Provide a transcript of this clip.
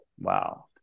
Wow